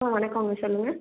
ஆ வணக்கங்க சொல்லுங்கள்